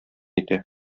итә